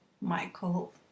Michael